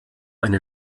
einen